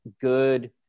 good